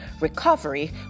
recovery